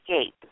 escape